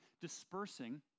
dispersing